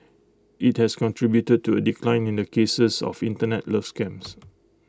IT has contributed to A decline in the cases of Internet love scams